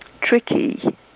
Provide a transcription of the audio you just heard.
tricky